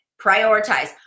prioritize